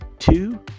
two